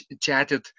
chatted